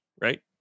right